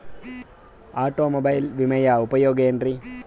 Automobile ವಿಮೆಯ ಉಪಯೋಗ ಏನ್ರೀ?